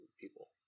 people